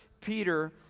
Peter